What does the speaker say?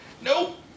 Nope